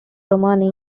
romani